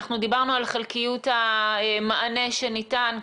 אנחנו דיברנו על חלקיות המענה שניתן.